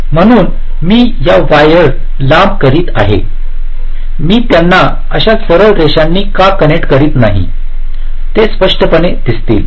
म्हणून मी या वायर लांब करीत आहे मी त्यांना अशा सरळ रेषांनी का कनेक्ट करीत नाही ते स्पष्टपणे दिसतील